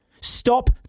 Stop